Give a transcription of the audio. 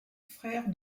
frère